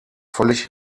völlig